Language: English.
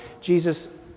Jesus